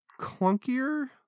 clunkier